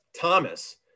Thomas